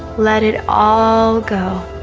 let it all go